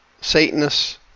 Satanists